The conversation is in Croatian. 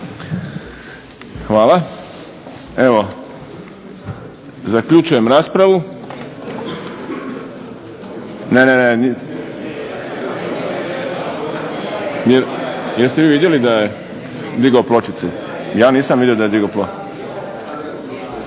Hvala. Evo zaključujem raspravu. Ne, ne… … /Buka u dvorani./… Jeste vi vidjeli da je digao pločicu? Ja nisam vidio da je digao pločicu.